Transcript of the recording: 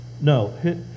No